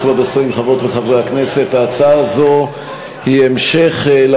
התשע"ג 2013,